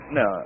no